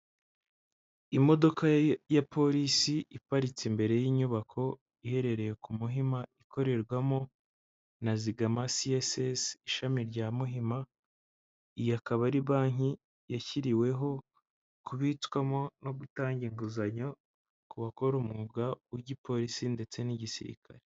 Imodoka ya polisi iparitse imbere y'inyubako iherereye ku Muhima, ikorerwamo na zigama siyesesi, ishami rya Muhima, iyo akaba ari banki yashyiriweho kubitswamo no gutanga inguzanyo ku bakora umwuga w'igipolisi ndetse n'igisirikare.